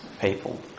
people